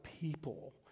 people